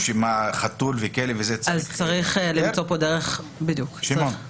ולכן צריך למצוא דרך להגיד את זה.